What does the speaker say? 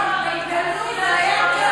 תגמור או לא?